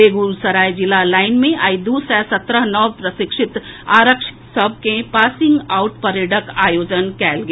Begusarai police line मे आइ दू सय सत्रह नव प्रशिक्षित आरक्षी सभक पासिंग आउट परेडक आयोजन कयल गेल